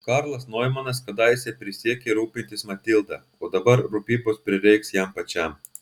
karlas noimanas kadaise prisiekė rūpintis matilda o dabar rūpybos prireiks jam pačiam